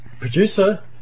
producer